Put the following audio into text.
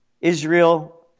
Israel